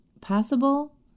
possible